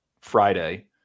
Friday